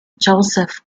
joseph